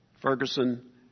Ferguson